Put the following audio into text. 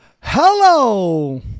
Hello